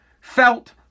felt